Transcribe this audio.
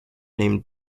named